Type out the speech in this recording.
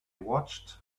watched